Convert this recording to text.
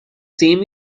same